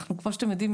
כמו שאתם יודעים,